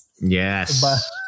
Yes